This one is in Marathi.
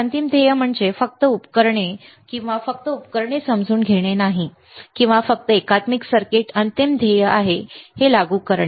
तर अंतिम ध्येय म्हणजे फक्त उपकरणे किंवा फक्त उपकरणे समजून घेणे नाही किंवा फक्त एकात्मिक सर्किट्स अंतिम ध्येय आहे ते लागू करणे